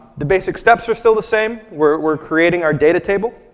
the basic steps are still the same. we're creating our data table.